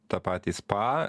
tą patį spa